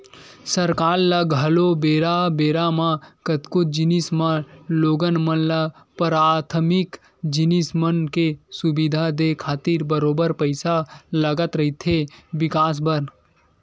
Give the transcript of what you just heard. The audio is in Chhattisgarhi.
सरकार ल घलो बेरा बेरा म कतको जिनिस म लोगन मन ल पराथमिक जिनिस मन के सुबिधा देय खातिर बरोबर पइसा लगत रहिथे बिकास बर